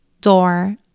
door